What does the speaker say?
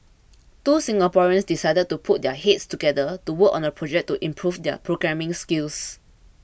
two Singaporeans decided to put their heads together to work on a project to improve their programming skills